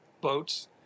boats